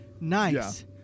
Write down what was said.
nice